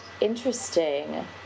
interesting